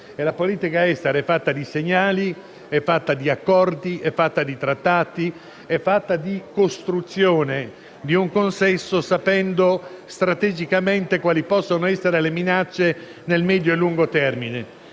La politica estera è fatta di segnali, di accordi, di trattati, di costruzione di un consesso, sapendo strategicamente quali possono essere le minacce nel medio e lungo termine.